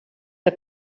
que